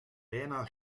bijna